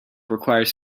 requires